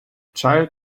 child